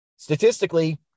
statistically